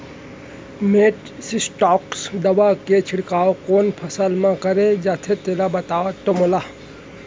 Metasystox दवा के छिड़काव कोन फसल म करे जाथे तेला बताओ त मोला?